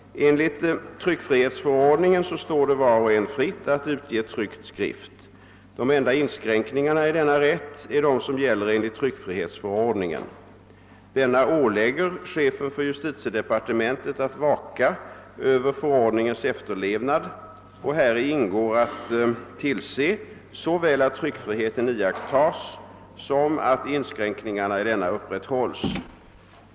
Enligt tryckfrihetsförordningen står det var och en fritt att utge tryckt skrift. De enda inskränkningarna i denna rätt är de som gäller enligt tryckfrihetsförordningen. Denna ålägger che fen för justitiedepartementet att vaka över förordningens efterlevnad. Häri ingår att tillse såväl att tryckfriheten iakttas som att inskränkningarna i denna upprätthålls.